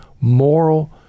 moral